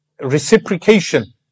Reciprocation